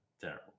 terrible